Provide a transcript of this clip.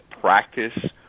practice